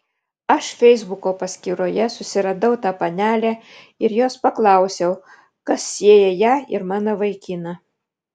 aš feisbuko paskyroje susiradau tą panelę ir jos paklausiau kas sieja ją ir mano vaikiną